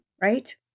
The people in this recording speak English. right